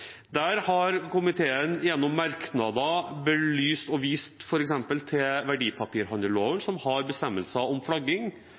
Der har komiteen gjennom merknader belyst og vist til